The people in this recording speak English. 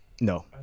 No